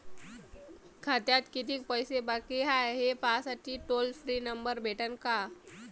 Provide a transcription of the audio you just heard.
खात्यात कितीकं पैसे बाकी हाय, हे पाहासाठी टोल फ्री नंबर भेटन का?